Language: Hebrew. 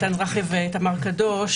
איתן זרחיה ותמר קדוש,